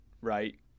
right